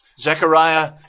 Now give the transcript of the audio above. Zechariah